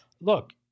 Look